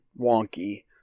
wonky